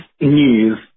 news